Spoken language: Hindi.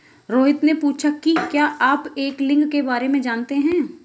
रोहित ने पूछा कि क्या आप एंगलिंग के बारे में जानते हैं?